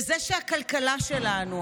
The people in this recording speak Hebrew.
וזה שהכלכלה שלנו,